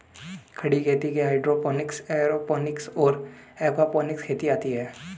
खड़ी खेती में हाइड्रोपोनिक्स, एयरोपोनिक्स और एक्वापोनिक्स खेती आती हैं